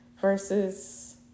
versus